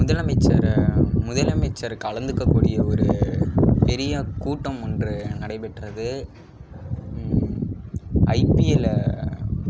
முதலமைச்சர் முதலமைச்சர் கலந்துக்கக்கூடிய ஒரு பெரிய கூட்டம் ஒன்று நடைப்பெற்றது ஐபில